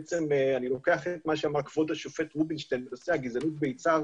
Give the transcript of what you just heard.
אני לוקח את מה שאמר כבוד השופט רובינשטיין בנושא הגזענות ביצהר